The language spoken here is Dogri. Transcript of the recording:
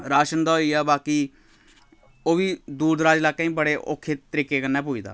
राशन दा होई गेआ बाकी ओह् बी दूर दराज लाकें च बड़े औखे तरीके कन्नै पुज्जदा